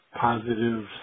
positive